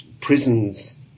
prisons